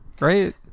right